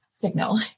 signal